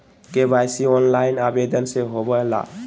KYC online आवेदन से होवे ला?